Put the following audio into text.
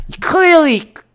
clearly